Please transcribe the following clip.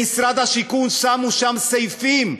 במשרד השיכון, שמו שם סעיפים,